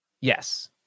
Yes